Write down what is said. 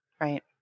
Right